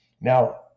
Now